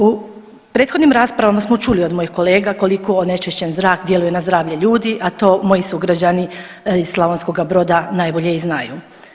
U prethodnim raspravama smo čuli od mojih kolega koliko onečišćen zrak djeluje na zdravlje ljudi, a to moji sugrađani iz Slavonskoga Broda najbolje i znaju.